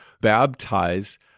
baptize